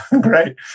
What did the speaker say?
Great